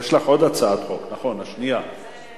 אם כך, אני קובע שהצעת חוק המפלגות (תיקון,